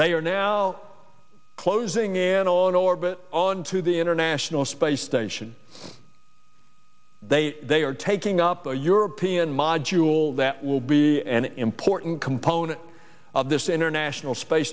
they are now closing in on orbit on to the international space station they they are taking up the european module that will be an important component of this international space